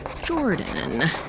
Jordan